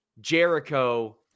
Jericho